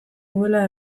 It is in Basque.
duela